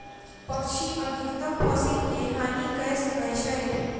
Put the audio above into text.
पक्षी अधिकतम फसिल के हानि कय सकै छै